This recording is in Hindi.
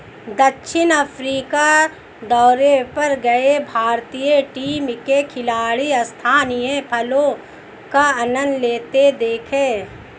दक्षिण अफ्रीका दौरे पर गए भारतीय टीम के खिलाड़ी स्थानीय फलों का आनंद लेते दिखे